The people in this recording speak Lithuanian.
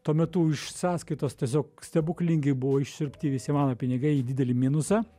tuo metu iš sąskaitos tiesiog stebuklingai buvo išsiurbti visi mano pinigai į didelį minusą